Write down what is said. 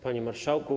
Panie Marszałku!